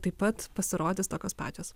taip pat pasirodys tokios pačios